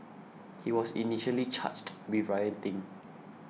he was initially charged with rioting